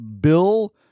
Bill